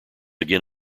again